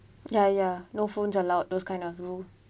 ya ya no phones allowed those kind of rule